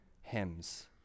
hymns